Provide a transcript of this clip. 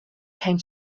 came